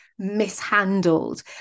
Mishandled